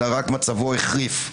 אלא מצבו רק החריף,